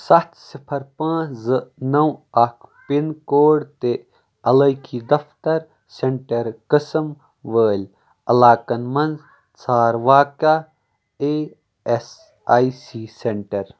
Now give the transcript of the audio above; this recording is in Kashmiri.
سَتھ صِفر پانٛژھ زٕ نو اکھ پِن کوڈ تہٕ علٲقی دفتر سینٹر قٕسم وٲلۍ علاقن مَنٛز ژھار واقع A S I C centre